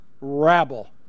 rabble